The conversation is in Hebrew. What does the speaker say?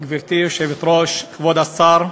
גברתי היושבת-ראש, כבוד השר,